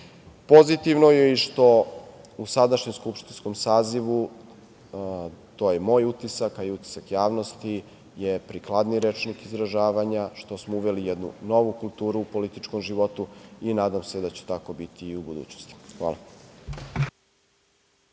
je i to što u sadašnjem skupštinskom sazivu, to je moj utisak, a i utisak javnosti je prikladniji rečnik izražavanja, što smo uveli jednu novu kulturu u političkom životu i nadam se da će tako biti i u budućnosti. Hvala.